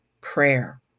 prayer